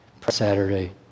Saturday